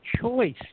choice